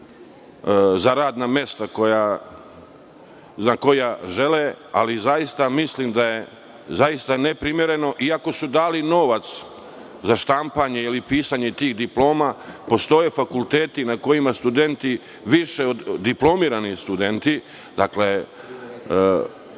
za radna mesta za koja žele, ali zaista mislim da je neprimereno, iako su dali novac za štampanje ili pisanje tih diploma, da postoje fakulteti na kojima diplomirani studenti već